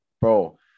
Bro